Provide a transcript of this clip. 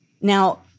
Now